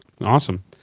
Awesome